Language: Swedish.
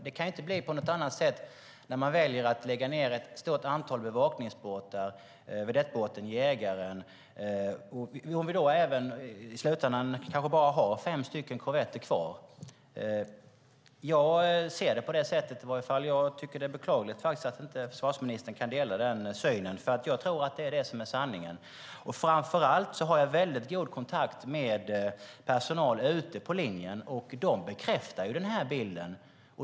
Det kan inte bli på något annat sätt när man väljer att avveckla ett stort antal bevakningsbåtar och vedettbåten Jägaren och när vi i slutändan kanske bara har fem korvetter kvar. Jag ser det i varje fall på det sättet. Det är beklagligt att försvarsministern inte delar den synen, för jag tror att det är detta som är sanningen. Framför allt har jag väldigt god kontakt med personal ute på linjen, och de bekräftar den här bilden.